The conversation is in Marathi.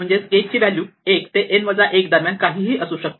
म्हणजे k ची व्हॅल्यू 1 ते n वजा 1 यादरम्यान काहीही असू शकते